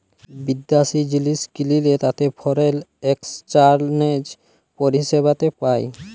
বিদ্যাশি জিলিস কিললে তাতে ফরেল একসচ্যানেজ পরিসেবাতে পায়